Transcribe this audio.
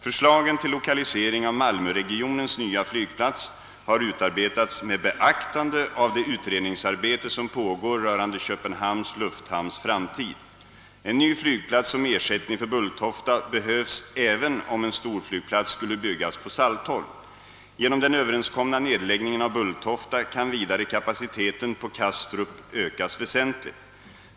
Förslagen till lokalisering av malmöregionens nya flygplats har utarbetats med beaktande av det utredningsarbete som pågår rörande Köpenhamns lufthamns framtid. En ny flygplats som ersättning för Bulltofta behövs även om en storflygplats skulle byggas på Saltholm. Genom den överenskomna nedläggningen av Bulltofta kan vidare kapaciteten på Kastrup ökas väsentligt.